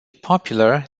popular